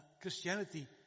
Christianity